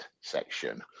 section